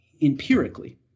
empirically